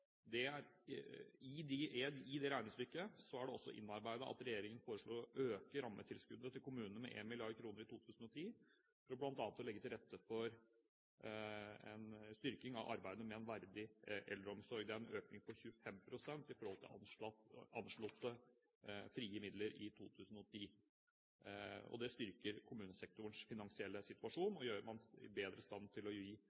I det regnestykket er det også innarbeidet at regjeringen foreslår å øke rammetilskuddet til kommunene med 1 mrd. kr i 2010 for bl.a. å legge til rette for en styrking av arbeidet med en verdig eldreomsorg. Det er en økning på 25 pst. i forhold til anslåtte frie midler i 2010. Det styrker kommunesektorens finansielle situasjon og gjør kommunene bedre i stand til å